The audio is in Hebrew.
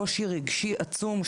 קושי רגשי עצום,